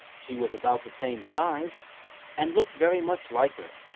she was about the same size and looked very much like her.